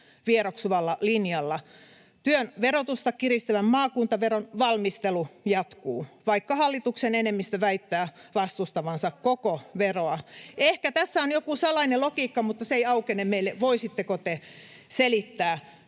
vieroksuvalla linjalla. Työn verotusta kiristävän maakuntaveron valmistelu jatkuu, vaikka hallituksen enemmistö väittää vastustavansa koko veroa. [Anneli Kiljunen: Kokonaisverot on pudonneet prosentin!] Ehkä tässä on joku salattu logiikka, mutta se ei aukene meille. Voisitteko te selittää?